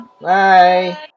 Bye